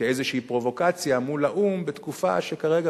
כאיזו פרובוקציה מול האו"ם בתקופה שכרגע